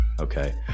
okay